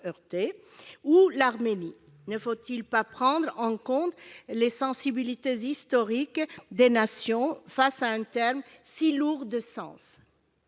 ou l'Arménie ? Ne faut-il pas prendre en compte les sensibilités historiques des nations face à un terme si lourd de sens ?